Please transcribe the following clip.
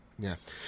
Yes